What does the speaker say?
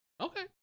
Okay